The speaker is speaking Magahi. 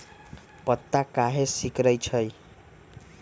पत्ता काहे सिकुड़े छई?